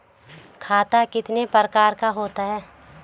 खाता कितने प्रकार का होता है?